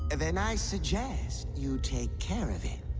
and then i suggest you take care of it